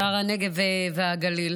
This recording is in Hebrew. שר הנגב והגליל,